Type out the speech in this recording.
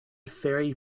fairy